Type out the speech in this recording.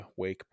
wakeboard